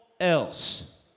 else